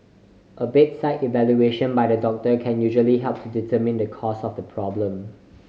a bedside evaluation by the doctor can usually help to determine the cause of the problem